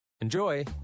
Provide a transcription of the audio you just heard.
Enjoy